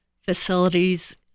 facilities